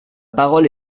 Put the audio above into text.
parole